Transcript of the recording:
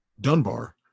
Dunbar